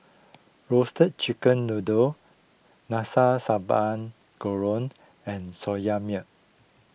Roasted Chicken Noodle Nasi Sambal Goreng and Soya Milk